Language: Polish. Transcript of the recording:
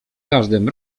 każdym